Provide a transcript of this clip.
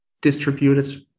distributed